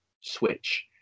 switch